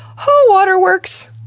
oh, water works!